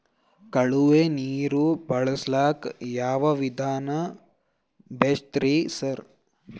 ಕಾಲುವೆ ನೀರು ಬಳಸಕ್ಕ್ ಯಾವ್ ವಿಧಾನ ಬೆಸ್ಟ್ ರಿ ಸರ್?